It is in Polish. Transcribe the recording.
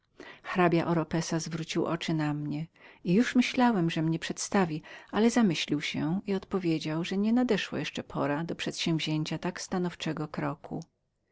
książe oropesa zwrócił oczy na mnie i już myślałem że mnie przedstawi ale zamyślił się i odpowiedział że nienadeszła jeszcze pora do przedsiębrania tak stanowczego kroku